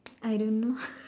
I don't know